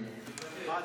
נוכח,